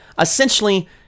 Essentially